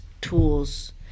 tools